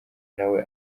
nawe